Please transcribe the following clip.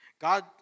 God